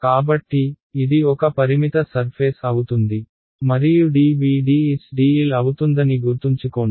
కాబట్టి ఇది ఒక పరిమిత సర్ఫేస్ అవుతుంది మరియు dV dS dl అవుతుందని గుర్తుంచుకోండి